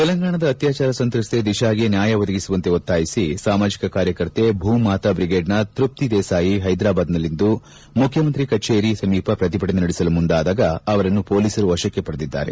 ತೆಲಂಗಾಣದ ಆತ್ಲಾಚಾರ ಸಂತ್ರಕ್ತೆ ದಿಶಾಗೆ ನ್ಯಾಯ ಒದಗಿಸುವಂತೆ ಒತ್ತಾಯಿಸಿ ಸಾಮಾಜಿಕ ಕಾರ್ಯಕರ್ತೆ ಭೂಮಾತಾ ಬ್ರಿಗೇಡ್ನ ತ್ಯಪ್ತ ದೇಸಾಯಿ ಹೈದ್ರಾಬಾದ್ನಲ್ಲಿಂದು ಮುಖ್ಯಮಂತ್ರಿ ಕಚೇರಿ ಸಮೀಪ ಪ್ರತಿಭಟನೆ ನಡೆಸಲು ಮುಂದಾದಾಗ ಅವರನ್ನು ಪೊಲೀಸರು ವಶಕ್ಕೆ ಪಡೆದಿದ್ದಾರೆ